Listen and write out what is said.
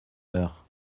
heure